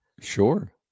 Sure